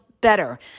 better